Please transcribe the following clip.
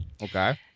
Okay